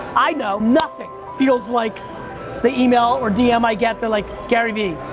i know nothing feels like the email or dm i get they're like, gary v,